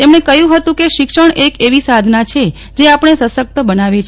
તેમણે કહ્યું હતું કે શિક્ષણ એક એવી સાધના છે જે આપણે સશક્ત બનાવે છે